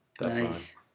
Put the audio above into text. Nice